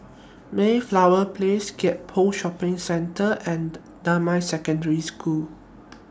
Mayflower Place Gek Poh Shopping Centre and Damai Secondary School